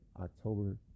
October